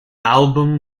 album